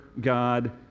God